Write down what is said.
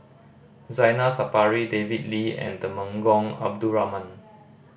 Zainal Sapari David Lee and Temenggong Abdul Rahman